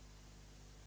Hvala,